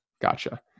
Gotcha